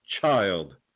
child